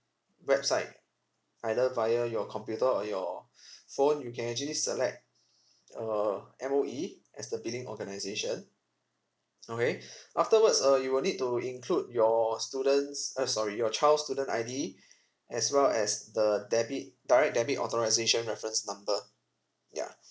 website either via your computer or your phone you can actually select uh M_O_E as the billing organisation okay afterwards uh you will need to include your student's uh sorry your child student I_D as well as the debit direct debit authorisation reference number ya